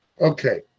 Okay